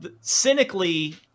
cynically